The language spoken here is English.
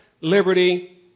liberty